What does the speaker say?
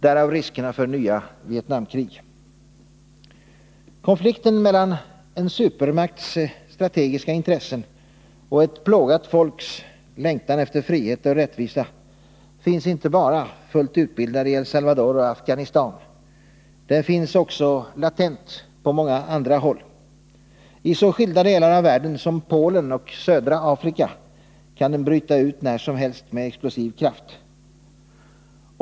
Därav riskerna för nya Vietnamkrig. Konflikten mellan en supermakts strategiska intressen och ett plågat folks längtan efter frihet och rättvisa finns inte bara, fullt utbildad, i E1 Salvador och Afghanistan. Den finns också latent på många andra håll. I så skilda delar av världen som Polen och södra Afrika kan den bryta ut när som helst med explosiv kraft.